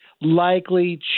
likely